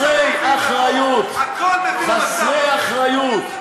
חסרי אחריות, חסרי אחריות,